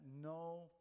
no